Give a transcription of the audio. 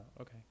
okay